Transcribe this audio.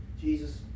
Jesus